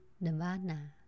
Nirvana